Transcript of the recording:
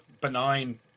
benign